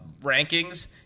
rankings